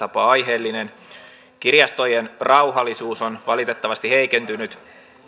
tapaa aiheellinen kirjastojen rauhallisuus on valitettavasti heikentynyt